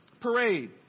parade